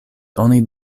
oni